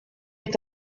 est